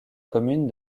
commune